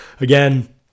Again